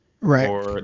Right